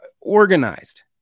organized